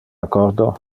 accordo